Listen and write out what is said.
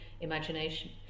imagination